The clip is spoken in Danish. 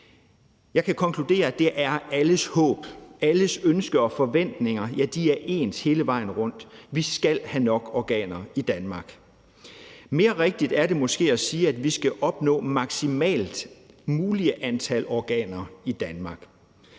Jeg kan konkludere, at det er alles håb, og at alles ønsker og forventninger er ens hele vejen rundt: Vi skal have nok organer i Danmark. Mere rigtigt er det måske at sige, at vi skal opnå det maksimalt mulige antal organer i Danmark